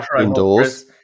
indoors